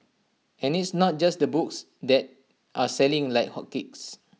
and it's not just the books that are selling like hotcakes